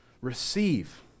receive